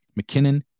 mckinnon